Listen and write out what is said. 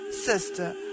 Sister